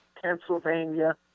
Pennsylvania